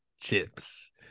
Chips